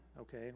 okay